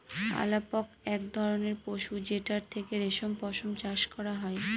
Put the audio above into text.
আলাপক এক ধরনের পশু যেটার থেকে রেশম পশম চাষ করা হয়